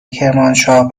کرمانشاه